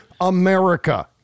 America